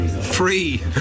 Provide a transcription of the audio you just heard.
Free